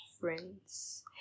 friends